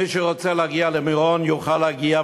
מי שרוצה להגיע למירון יוכל להגיע,